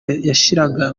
yashiraga